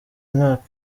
umwaka